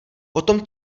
potom